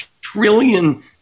trillion